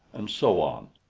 and so on.